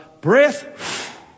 breath